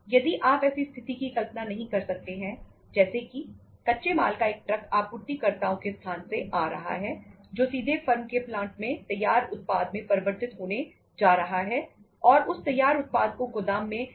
यदि आप ऐसी स्थिति की कल्पना नहीं कर सकते हैं जैसे कि कच्चे माल का एक ट्रक आपूर्तिकर्ताओं के स्थान से आ रहा है जो सीधे फर्म के प्लांट में तैयार उत्पाद में परिवर्तित होने जा रहा है और उस तैयार उत्पाद को गोदाम में कुछ समय के लिए रखा जाएगा